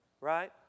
right